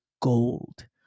gold